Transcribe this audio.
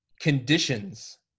conditions